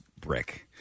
brick